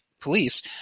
police